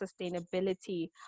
sustainability